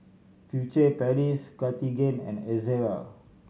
Furtere Paris Cartigain and Ezerra